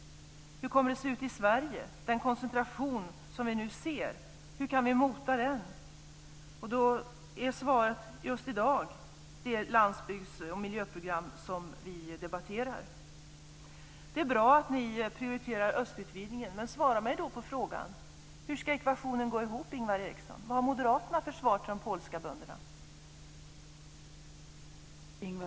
Hur kan vi mota den koncentration som vi nu ser i Sverige? Svaret just i dag är det landsbygds och miljöprogram som vi debatterar. Det är bra att ni prioriterar östutvidgningen. Men svara mig då på frågan hur ekvationen ska gå ihop, Ingvar Eriksson. Vad har moderaterna för svar till de polska bönderna?